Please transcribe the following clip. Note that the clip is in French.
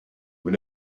vous